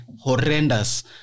horrendous